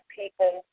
people